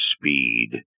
speed